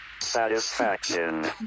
satisfaction